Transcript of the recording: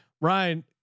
Ryan